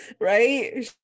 right